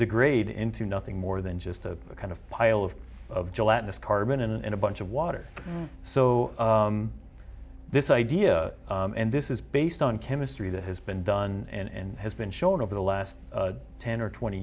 degrade into nothing more than just a kind of pile of of gelatinous carbon and a bunch of water so this idea and this is based on chemistry that has been done and has been shown over the last ten or twenty